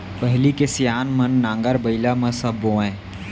पहिली के सियान मन नांगर बइला म सब बोवयँ